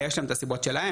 יש להם את הסיבות שלהם,